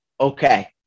okay